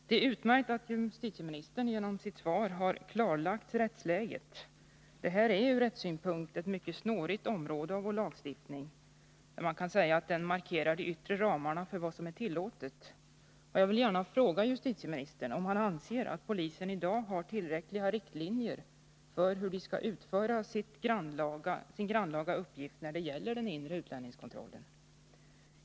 Det är utmärkt att justitieministern genom sitt svar har klarlagt rättsläget. Det här är ur rättssynpunkt ett mycket snårigt område av vår lagstiftning, som kan sägas markera de yttre ramarna för vad som är tillåtet. Jag vill gärna fråga justitieministern om han anser att polisen i dag har tillräckliga riktlinjer för hur den skall utföra sin grannlaga uppgift när det gäller den inre utlänningskontrollen.